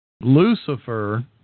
Lucifer